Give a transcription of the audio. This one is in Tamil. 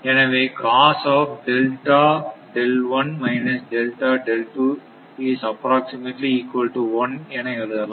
எனவே என எழுதலாம்